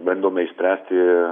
bandome išspręsti